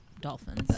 dolphins